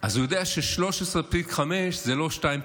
אז הוא יודע ש-13.5 זה לא 2.1,